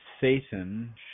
Satan